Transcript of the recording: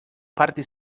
parte